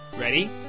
Ready